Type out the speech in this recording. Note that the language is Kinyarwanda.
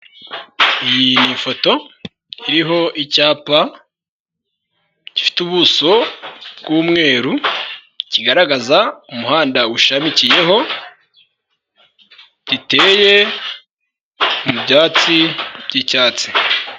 Iyi ni foto iriho icyapa gifite ubuso bw'umweru, kigaragaza umuhanda ushamikiyeho, giteye mu byatsi by'icyatsi.